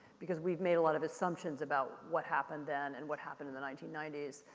because we've made a lot of assumptions about what happened then and what happened in the nineteen ninety s.